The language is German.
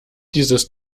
dieses